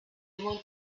want